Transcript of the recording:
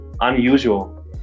unusual